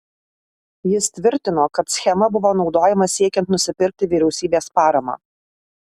jis tvirtino kad schema buvo naudojama siekiant nusipirkti vyriausybės paramą